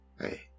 Hey